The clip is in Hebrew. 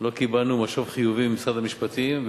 לא קיבלנו משוב חיובי ממשרד המשפטים,